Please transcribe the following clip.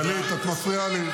גלית, את מפריעה לי.